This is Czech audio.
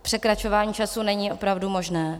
Překračování času není opravdu možné.